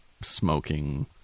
smoking